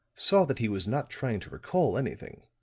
saw that he was not trying to recall anything.